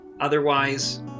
Otherwise